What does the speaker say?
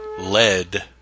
lead